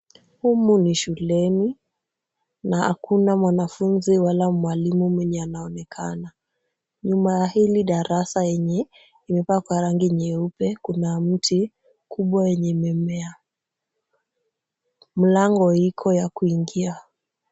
Humu ni shuleni, na hakuna mwanafunzi wala mwalimu mwenye anaonekana. Nyuma ya hili darasa lenye limepakwa rangi nyeupe, kuna mti kubwa yenye mimea mlango iko ya kuingia.